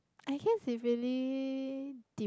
I guess if really deep